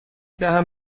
دهم